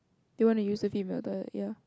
they want to use the deep filter ya